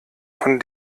von